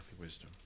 wisdom